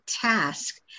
task